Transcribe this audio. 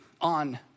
on